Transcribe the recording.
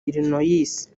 illinois